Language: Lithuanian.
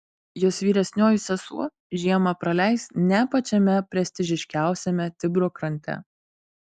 jos vyresnioji sesuo žiemą praleis ne pačiame prestižiškiausiame tibro krante